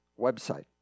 website